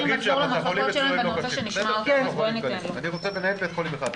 נסיים עם משרד הבריאות, נעשה אתנחתא קלה